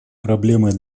проблемой